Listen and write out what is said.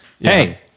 hey